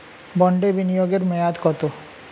বন্ডে বিনিয়োগ এর মেয়াদ কত?